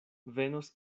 venos